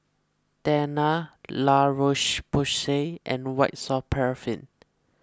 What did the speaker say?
Tena La Roche Porsay and White Soft Paraffin